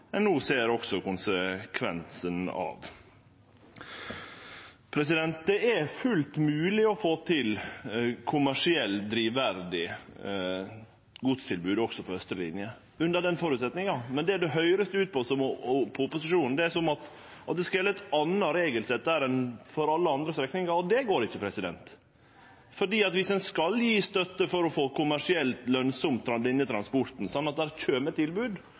ein no også ser konsekvensen av. Det er fullt mogleg å få til kommersielt drivverdig godstilbod også på austre linje, under den føresetnaden. Men det det høyrest ut som på opposisjonen, er at det skal gjelde eit anna regelsett der enn for alle andre strekningar, og det går ikkje. Dersom ein skal gje støtte for å få det kommersielt lønsamt for denne transporten, sånn at det kjem tilbod,